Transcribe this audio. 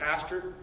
pastor